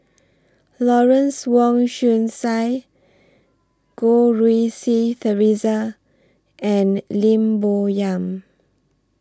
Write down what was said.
Lawrence Wong Shyun Tsai Goh Rui Si Theresa and Lim Bo Yam